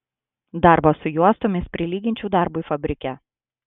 darbą su juostomis prilyginčiau darbui fabrike